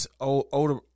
older